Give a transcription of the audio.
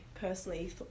personally